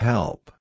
Help